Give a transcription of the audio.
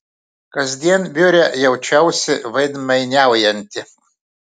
kasdien biure jaučiausi veidmainiaujanti